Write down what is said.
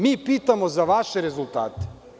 Mi pitamo za vaše rezultate.